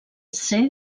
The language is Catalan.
ser